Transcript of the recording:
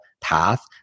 path